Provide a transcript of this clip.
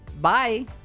Bye